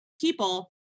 people